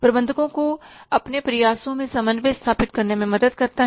प्रबंधकों को अपने प्रयासों में समन्वय स्थापित करने में मदद करता है